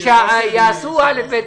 שיעשו א'-ב'-ג'.